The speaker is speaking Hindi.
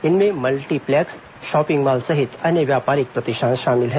इनमें मल्टीप्लेक्स शॉपिंग मॉल सहित अन्य व्यापारिक प्रतिष्ठान शामिल हैं